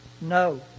No